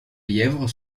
lièvre